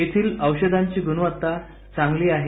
येथधल औषधांची गुणवत्ता चांगली आहे